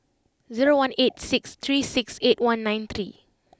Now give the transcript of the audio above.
zero one eight six three six eight one nine three